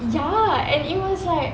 ya and it was like